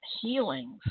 healings